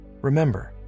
remember